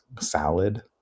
salad